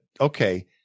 okay